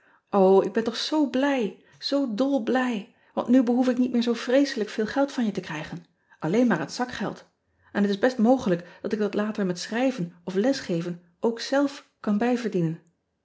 ik ben toch zoo blij zoo dolblij want nu behoef ik niet meer zoo vreeselijk veel geld van je te krijgen lleen maar het zakgeld n het is best mogelijk dat ik dat later met schrijven of lesgeven ook zelf kan